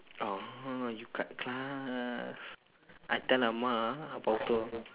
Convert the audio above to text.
orh you cut class I tell amma ah I pau toh